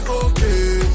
okay